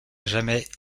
jamais